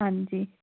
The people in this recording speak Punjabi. ਹਾਂਜੀ